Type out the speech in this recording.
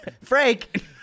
frank